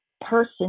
person